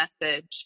message